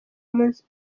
munsi